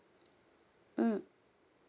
mm